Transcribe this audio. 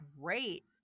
great